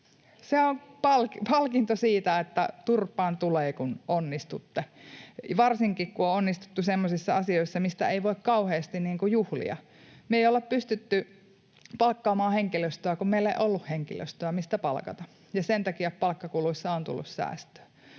Se on palkinto. Että turpaan tulee, kun onnistutte — varsinkin kun on onnistuttu semmoisissa asioissa, mitä ei voi kauheasti juhlia. Me ei olla pystytty palkkaamaan henkilöstöä, kun meillä ei ole ollut henkilöstöä, mistä palkata, ja sen takia palkkakuluissa on tullut säästöä.